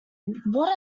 what